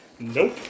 Nope